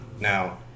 Now